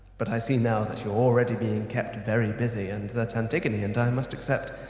but i see now that you're already being kept very busy, and that antigone and i must accept,